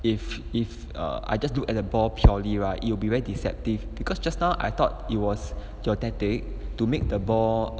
if if err I just look at the ball purely right you will be very deceptive because just now I thought it was your tactic to make the ball